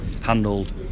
handled